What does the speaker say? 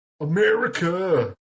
America